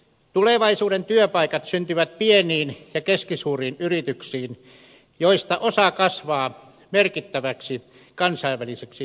tulevaisuuden työpaikat syntyvät pieniin ja keskisuuriin yrityksiin joista osa kasvaa merkittäviksi kansainvälisiksi yrityksiksi